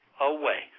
away